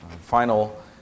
final